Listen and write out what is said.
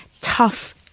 tough